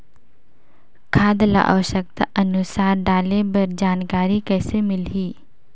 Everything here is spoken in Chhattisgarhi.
खाद ल आवश्यकता अनुसार डाले बर जानकारी कइसे मिलही?